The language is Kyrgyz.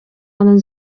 анын